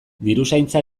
diruzaintza